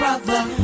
Brother